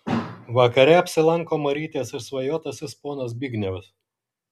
vakare apsilanko marytės išsvajotasis ponas zbignevas